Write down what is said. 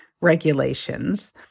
regulations